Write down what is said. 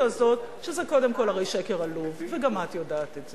לא הבנתי.